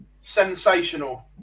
Sensational